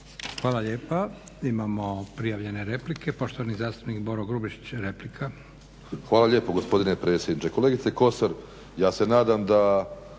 Hvala lijepa. Imamo prijavljene replike. Poštovani zastupnik Boro Grubišić, replika. **Grubišić, Boro (HDSSB)** Hvala lijepo gospodine predsjedniče. Kolegice Kosor ja se nadam da